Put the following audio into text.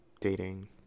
dating